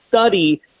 study